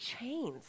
chains